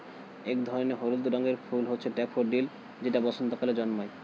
এক ধরনের হলুদ রঙের ফুল হচ্ছে ড্যাফোডিল যেটা বসন্তকালে জন্মায়